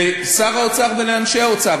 לשר האוצר ולאנשי האוצר,